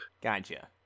Gotcha